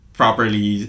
properly